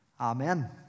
Amen